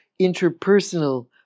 interpersonal